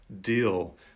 deal